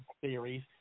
theories